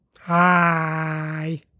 Hi